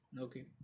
okay